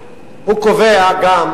קובע גם